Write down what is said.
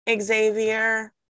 Xavier